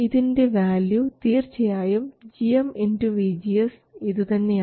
ഇതിൻറെ വാല്യൂ തീർച്ചയായും gm vGS ഇതു തന്നെയാണ്